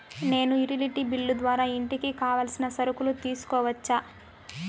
నేను utility bill ద్వారా ఇంటికి కావాల్సిన సరుకులు తీసుకోవచ్చా?